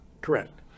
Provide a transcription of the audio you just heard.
Correct